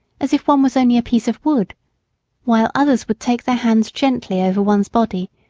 as if one was only a piece of wood while others would take their hands gently over one's body,